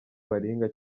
baringa